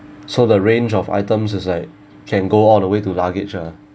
so the range of items is like can go all the way to luggage ah